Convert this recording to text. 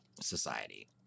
Society